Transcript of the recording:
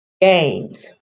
Games